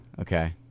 Okay